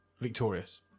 victorious